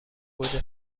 گوجه